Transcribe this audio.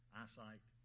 eyesight